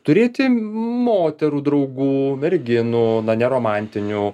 turėti moterų draugų merginų na ne romantinių